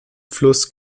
fluss